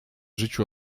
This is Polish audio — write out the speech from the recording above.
życiu